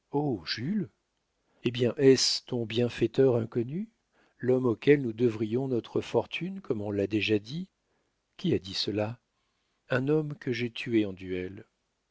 jules eh bien est-ce ton bienfaiteur inconnu l'homme auquel nous devrions notre fortune comme on l'a déjà dit qui a dit cela un homme que j'ai tué en duel